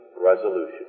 resolution